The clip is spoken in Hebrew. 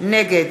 נגד